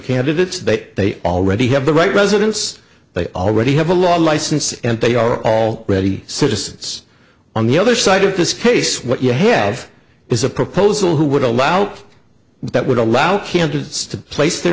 candidates that they already have the right residence they already have a law license and they are all ready citizens on the other side of this case what you have is a proposal who would allow that would allow